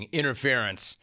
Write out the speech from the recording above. interference